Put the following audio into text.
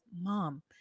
Mom